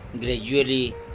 gradually